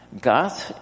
God